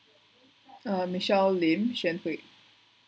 uh michelle lim shean hui